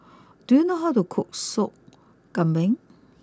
do you know how to cook Sop Kambing